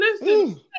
Listen